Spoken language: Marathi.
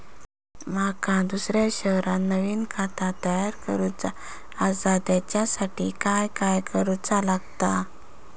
माका दुसऱ्या शहरात नवीन खाता तयार करूचा असा त्याच्यासाठी काय काय करू चा लागात?